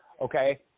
Okay